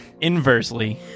inversely